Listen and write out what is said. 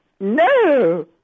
No